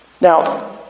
Now